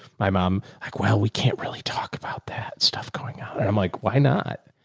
my mom, like well, we can't really talk about that stuff going on. and i'm like, why not?